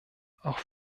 auch